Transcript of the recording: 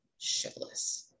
shitless